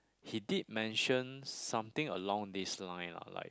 he did mention something along this line lah like